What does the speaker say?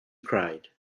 cried